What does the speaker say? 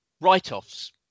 write-offs